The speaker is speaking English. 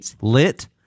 Lit